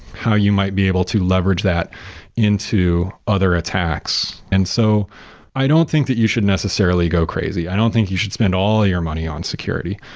how you might be able to leverage that into other attacks and so i don't think that you should necessarily go crazy. i don't think you should spend all your money on security.